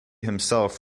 himself